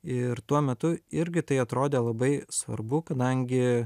ir tuo metu irgi tai atrodė labai svarbu kadangi